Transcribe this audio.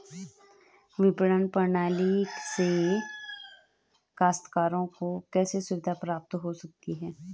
विपणन प्रणाली से काश्तकारों को कैसे सुविधा प्राप्त हो सकती है?